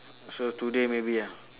so today maybe ah